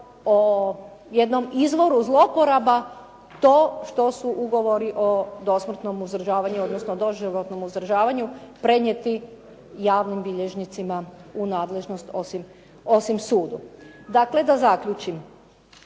o jednom izvoru zloporaba to što su ugovori o dosmrtnom uzdržavanju odnosno doživotnom uzdržavanju prenijeti javnim bilježnicima u nadležnost osim sudu. Dakle, da zaključim.